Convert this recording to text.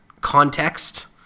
context